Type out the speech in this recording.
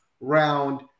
round